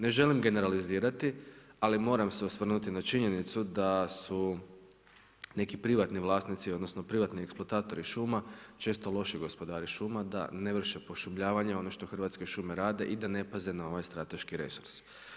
Ne želim generalizirati, ali moram se osvrnuti na činjenicu, da su neki privatni vlasnici, odnosno, privatni eksploatatori šuma, često loši gospodari šuma, da ne vrše pošumljavanje, ono što Hrvatske šume rade i da ne paze na ovaj strateški resurs.